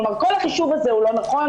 כלומר כל החישוב הזה לא נכון.